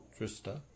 Trista